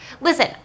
Listen